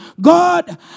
God